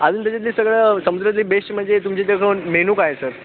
अजून त्याच्यातली सगळं समुद्रातली बेस्ट म्हणजे तुमच्या इथे जो मेनू काय आहे सर